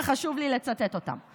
וחשוב לי לצטט אותם: